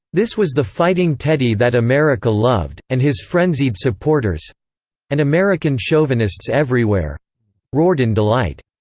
this was the fighting teddy that america loved, and his frenzied supporters and american chauvinists everywhere roared in delight.